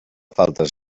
faltes